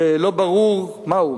שלא ברור מהו,